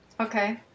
Okay